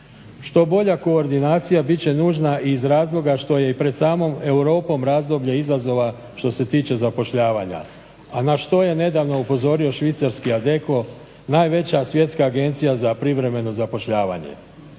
Što bolja koordinacija bit će nužna i iz razloga što je pred samom Europom razdoblje izazova što se tiče zapošljavanja, a na što je nedavno upozorio švicarski Adecco, najveća svjetska agencija za privremeno zapošljavanje.